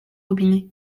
robinet